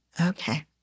Okay